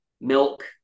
milk